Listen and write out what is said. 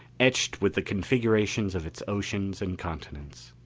etched with the configurations of its oceans and continents.